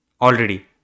already